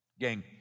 Gang